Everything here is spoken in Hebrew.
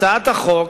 הצעת החוק